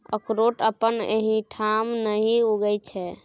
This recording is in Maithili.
अकरोठ अपना एहिठाम नहि उगय छै